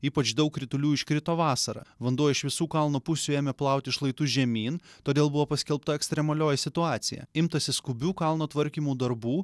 ypač daug kritulių iškrito vasarą vanduo iš visų kalno pusių ėmė plauti šlaitus žemyn todėl buvo paskelbta ekstremalioji situacija imtasi skubių kalno tvarkymo darbų